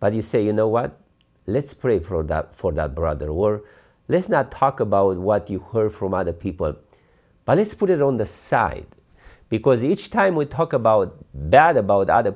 but you say you know what let's pray for that for the brother or let's not talk about what you heard from other people but this put it on the side because each time we talk about bad about othe